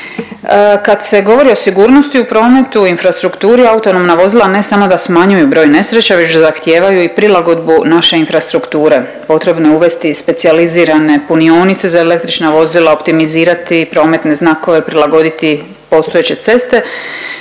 Kad se govori o sigurnosti u prometu, infrastrukturi autonomna vozila ne samo smanjuju broj nesreća već i zahtijevaju i prilagodbu naše infrastrukture. Potrebno je uvesti i specijalizirane punionice za električna vozila, optimizirati prometne znakove, prilagoditi postojeće ceste.